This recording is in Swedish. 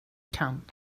kan